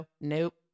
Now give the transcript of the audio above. Nope